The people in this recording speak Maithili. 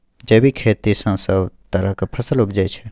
जैबिक खेती सँ सब तरहक फसल उपजै छै